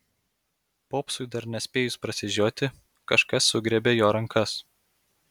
popsui dar nespėjus prasižioti kažkas sugriebė jo rankas